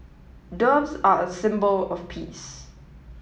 doves are a symbol of peace